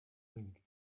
thing